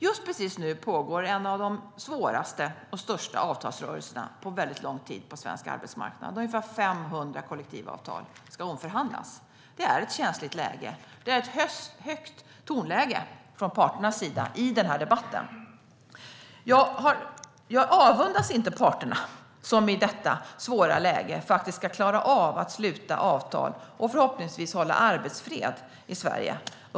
Just nu pågår en av de svåraste och största avtalsrörelserna på svensk arbetsmarknad på väldigt lång tid - ungefär 500 kollektivavtal ska omförhandlas. Det är ett känsligt läge. Det är ett högt tonläge från parternas sida i den här debatten. Jag avundas inte parterna som i detta svåra läge ska klara av att sluta avtal och förhoppningsvis hålla arbetsfred i Sverige.